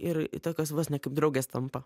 ir tokios vos ne kaip draugės tampa